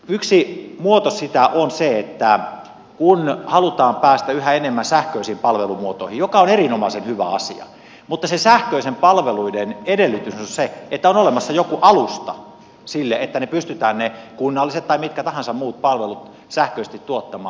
yksi muoto sitä on se että halutaan päästä yhä enemmän sähköisiin palvelumuotoihin mikä on erinomaisen hyvä asia mutta sähköisten palveluiden edellytys on se että on olemassa joku alusta sille että pystytään ne kunnalliset tai mitkä tahansa muut palvelut sähköisesti tuottamaan